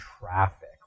traffic